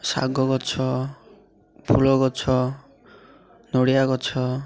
ଶାଗ ଗଛ ଫୁଲ ଗଛ ନଡ଼ିଆ ଗଛ